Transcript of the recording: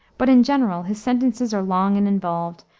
but in general his sentences are long and involved,